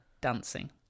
dancing